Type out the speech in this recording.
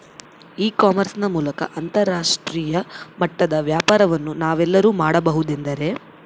E commerce ನ ಮೂಲಕ ಅಂತರಾಷ್ಟ್ರೇಯ ಮಟ್ಟದ ವ್ಯಾಪಾರವನ್ನು ನಾವೆಲ್ಲರೂ ಮಾಡುವುದೆಂದರೆ?